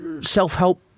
self-help